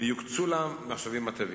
ויוקצו לה משאבים מתאימים.